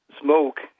smoke